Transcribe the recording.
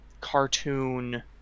cartoon